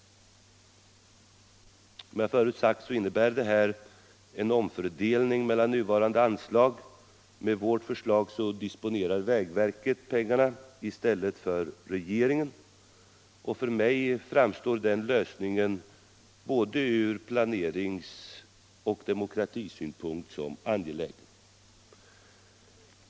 Som jag förut sagt innebär detta en omfördelning mellan nuvarande anslag. Med vårt förslag disponeras pengarna av vägverket i stället för av regeringen. Och för mig framstår den lösningen från både planeringsoch demokratisynpunkt som angelägen.